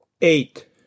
Eight